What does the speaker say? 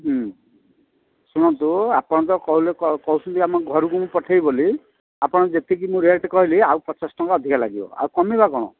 ଶୁଣନ୍ତୁ ଆପଣ ତ କହିଲେ କହୁଛନ୍ତି ଆମେ ଘରକୁ ବି ପଠାଇବି ବୋଲି ଆପଣଙ୍କୁ ଯେତିକି ମୁଁ ରେଟ୍ କହିଲି ଆଉ ପଚାଶ ଟଙ୍କା ଅଧିକା ଲାଗିବ ଆଉ କମେଇବା କ'ଣ